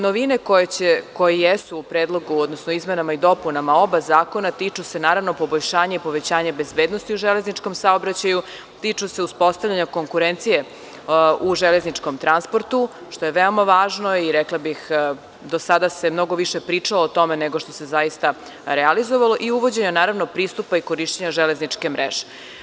Novine koje jesu u izmenama i dopunama oba zakona tiču se poboljšanja i povećanja bezbednosti u železničkom saobraćaju, tiču se uspostavljanja konkurencije u železničkom transportu, što je veoma važno i, rekla bih, do sada se mnogo više pričalo o tome, nego što se zaista realizovalo, i uvođenja pristupa i korišćenja železničke mreže.